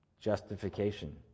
Justification